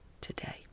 today